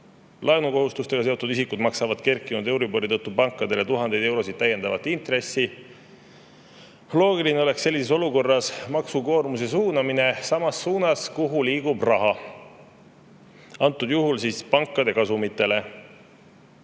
Laenukohustustega seotud isikud maksavad kerkinud euribori tõttu pankadele tuhandeid eurosid täiendavat intressi. Loogiline oleks sellises olukorras maksukoormus suunata sinna, kuhu liigub raha, antud juhul pankade kasumitele.